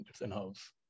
in-house